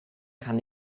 kann